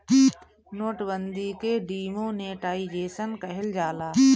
note बंदी के demonetisation कहल जाला